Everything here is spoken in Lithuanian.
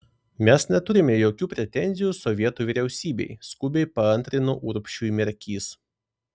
mes neturime jokių pretenzijų sovietų vyriausybei skubiai paantrino urbšiui merkys